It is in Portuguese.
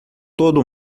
todo